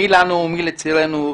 מי לנו ומי לצרינו.